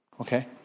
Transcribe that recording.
Okay